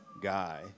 guy